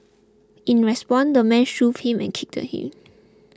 in response the man shoved him and kicked him